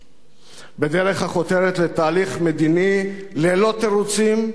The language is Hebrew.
בדרך החותרת ללא תירוצים לתהליך מדיני